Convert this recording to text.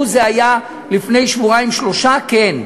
לו זה היה לפני שבועיים-שלושה, כן.